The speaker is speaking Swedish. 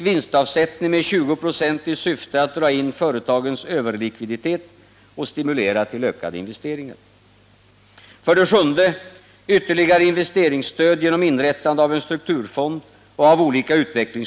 Åtgärder som tryggar oljeförsörjningen under den kommande vintern. Herr talman!